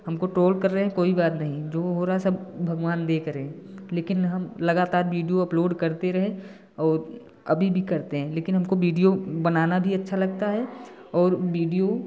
हमको टोल कर रहे हैं कोई बात नहीं जो वो हो रहा सब भगवान देख रहें लेकिन हम लगातार विडियो अपलोड करते रहे और अभी भी करते हैं लेकिन हमको विडियो बनाना भी अच्छा लगता है और विडियो